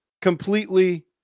completely